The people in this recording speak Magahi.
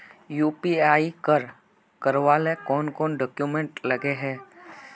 यु.पी.आई कर करावेल कौन कौन डॉक्यूमेंट लगे है?